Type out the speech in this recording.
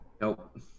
Nope